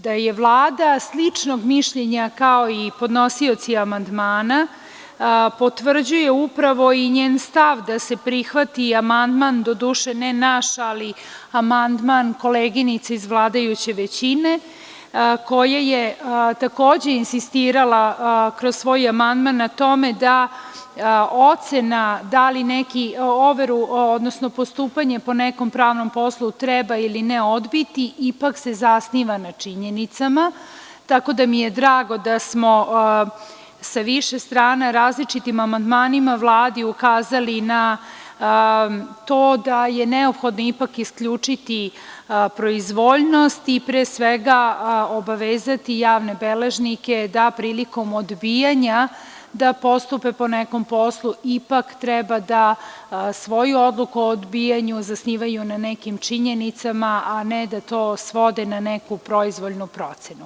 Da je Vlada sličnog mišljenja kao i podnosioci amandmana, potvrđuje upravo i njen stav da se prihvati amandman, doduše, ne naš, ali amandman koleginice iz vladajuće većine, koja je takođe insistirala, kroz svoj amandman, na tome da ocena da li postupanje po nekom pravnom poslu treba ili ne odbiti, ipak se zasniva na činjenicama, tako da mi je drago da smo sa više strana, različitim amandmanima, Vladi ukazali na to da je neophodno ipak isključiti proizvoljnost i pre svega obavezati javne beležnike da prilikom odbijanja da postupe po nekom poslu ipak treba da svoju odluku o odbijanju zasnivaju na nekim činjenicama, a ne da to svode na neku proizvoljnu procenu.